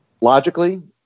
logically